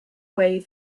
way